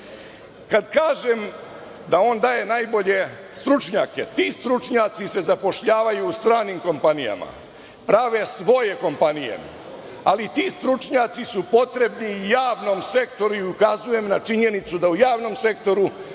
Kada kažem da on daje najbolje stručnjake, ti stručnjaci se zapošljavaju u stranim kompanijama, prave svoje kompanije, ali ti stručnjaci su potrebni i javnom sektoru i ukazujem na činjenicu da u javnom sektoru